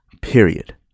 period